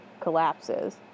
collapses